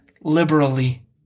liberally